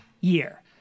year